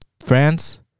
France